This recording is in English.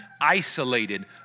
isolated